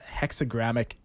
hexagramic